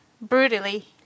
brutally